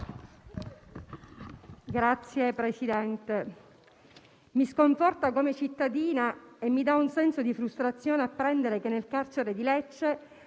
Signor Presidente, mi sconforta come cittadina e mi dà un senso di frustrazione apprendere che nel carcere di Lecce